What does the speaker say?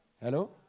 Hello